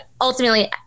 ultimately